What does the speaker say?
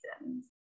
reasons